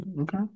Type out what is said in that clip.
Okay